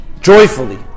joyfully